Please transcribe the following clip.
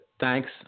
thanks